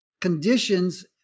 conditions